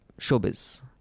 showbiz